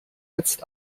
jetzt